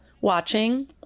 watching